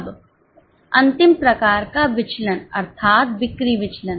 अब अंतिम प्रकार का विचलन अर्थात बिक्री विचलन